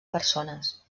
persones